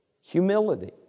humility